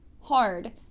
hard